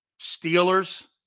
Steelers